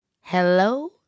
Hello